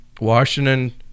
Washington